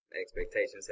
Expectations